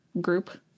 Group